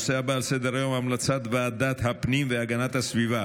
הנושא הבא על סדר-היום: המלצת ועדת הפנים והגנת הסביבה,